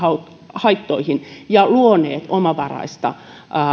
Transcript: haittoihin ja luoneet omavaraista